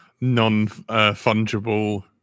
non-fungible